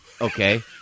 Okay